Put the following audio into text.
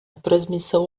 transmissão